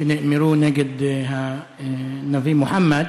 שנאמרו נגד הנביא מוחמד,